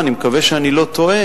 אני לא יודע,